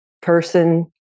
person